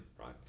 right